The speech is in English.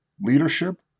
leadership